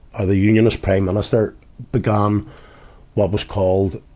ah the unionist prime minister began what was called,